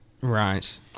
Right